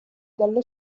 dallo